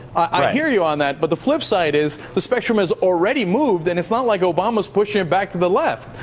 i hear you on that. but the flip side is the spectrum has already moved, and it's not like obama is pushing it back to the left.